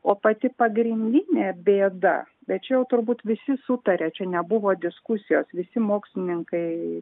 o pati pagrindinė bėda bet čia jau turbūt visi sutarė čia nebuvo diskusijos visi mokslininkai